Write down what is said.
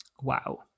wow